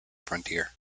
frontier